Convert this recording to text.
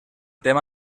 tema